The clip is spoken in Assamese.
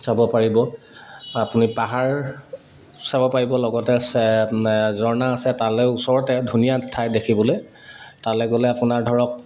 চাব পাৰিব আপুনি পাহাৰ চাব পাৰিব লগতে ঝৰ্ণা আছে তালৈ ওচৰতে ধুনীয়া ঠাই দেখিবলৈ তালৈ গ'লে আপোনাৰ ধৰক